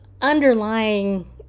underlying